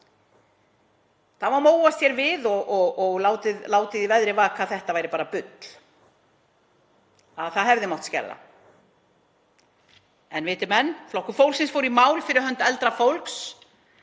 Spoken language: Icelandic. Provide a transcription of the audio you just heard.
Það var móast hér við og látið í veðri vaka að þetta væri bara bull og það hefði mátt skerða. En viti menn, Flokkur fólksins fór í mál fyrir hönd eldra fólks